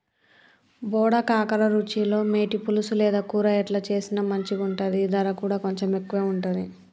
బోడ కాకర రుచిలో మేటి, పులుసు లేదా కూర ఎట్లా చేసిన మంచిగుంటది, దర కూడా కొంచెం ఎక్కువే ఉంటది